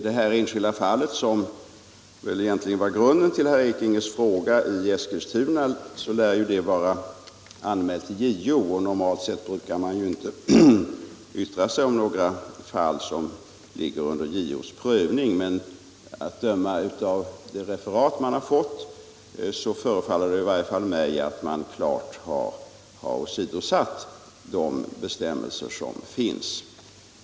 Det enskilda fall i Eskilstuna som egentligen var grunden till herr Ekinges fråga lär vara anmält till JO, och normalt brukar man inte yttra sig om fall som ligger under JO:s prövning. Men att döma av referaten förefaller det åtminstone för mig klart att i detta fall klart åsidosatts de bestämmelser som finns.